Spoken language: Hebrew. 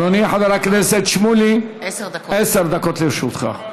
אדוני חבר הכנסת שמולי, עשר דקות לרשותך.